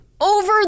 over